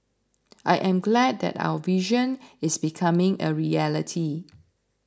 I am glad that our vision is becoming a reality